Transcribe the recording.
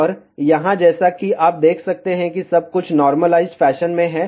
और यहां जैसा कि आप देख सकते हैं कि सब कुछ नॉर्मलाइज्ड फैशन में है